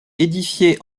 édifiée